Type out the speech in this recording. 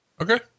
Okay